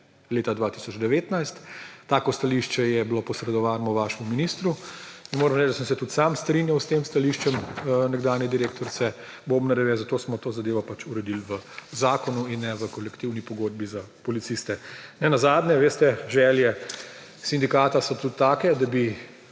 leta 2019. Tako stališče je bilo posredovano vašemu ministru. Moram reči, da sem se tudi sam strinjal s tem stališčem nekdanje direktorice Bobnarjeve, zato smo to zadevo pač uredili v zakonu in ne v kolektivni pogodbi za policiste. Nenazadnje, veste, želje sindikata so tudi take, da bi